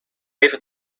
even